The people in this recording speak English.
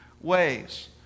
ways